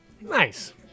Nice